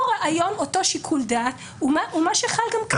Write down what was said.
אותו רעיון ושיקול דעת חל גם כאן.